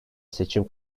seçim